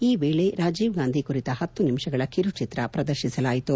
ಈ ವೇಳೆ ರಾಜೀವ್ ಗಾಂಧಿ ಕುರಿತ ಹತ್ತು ನಿಮಿಷಗಳ ಕಿರುಚಿತ್ರ ಪ್ರದರ್ಶಿಸಲಾಯಿತು